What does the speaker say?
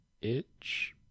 itch